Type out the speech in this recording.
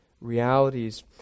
realities